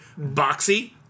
Boxy